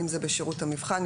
אם זה בשירות המבחן,